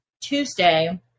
Tuesday